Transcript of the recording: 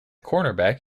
cornerback